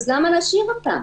אז למה להשאיר אותה?